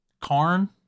Karn